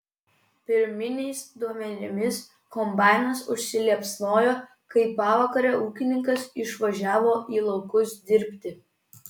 pirminiais duomenimis kombainas užsiliepsnojo kai pavakarę ūkininkas išvažiavo į laukus dirbti